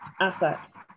assets